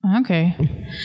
Okay